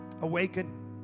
awaken